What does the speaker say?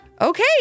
Okay